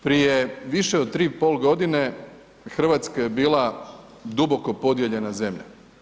Prije više od 3,5 godine, Hrvatska je bila duboko podijeljena zemlja.